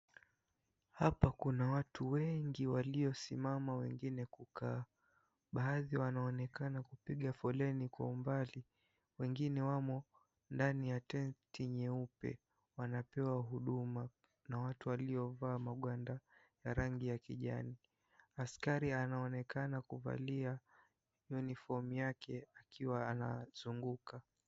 Hapa kuna watu wengi waliosimama wengine kukaa. Baadhi wanaonekana kupiga foleni kwa umbali, wengine wamo ndani ya tent nyeupe wanapewa huduma na watu waliovaa magwanda ya rangi ya kijani. Askari anaonekana kuvalia uniform yake akiwa anazunguka.